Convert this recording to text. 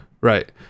right